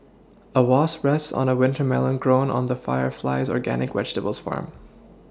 a wasp rests on a winter melon grown on the fire Flies organic vegetables farm